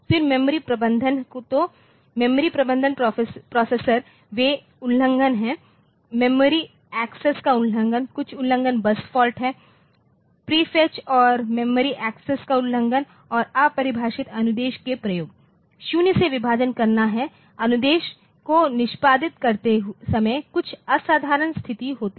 फिर मेमोरी प्रबंधन तो मेमोरी प्रबंधन प्रोसेसर वे उल्लंघन हैं मेमोरी एक्सेस का उल्लंघन कुछ उल्लंघन बस फाल्ट है प्रीफ़ैच और मेमोरी एक्सेस का उल्लंघन और अपरिभाषित अनुदेश के उपयोग 0 से विभाजन करना है अनुदेश को निष्पादित करते समय कुछ असाधारण स्थिति होती है